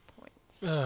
points